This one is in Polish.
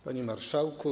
Panie Marszałku!